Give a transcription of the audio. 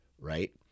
right